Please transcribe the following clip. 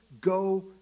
go